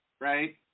right